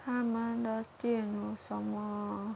他们的店有什么